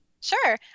Sure